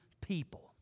people